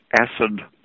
acid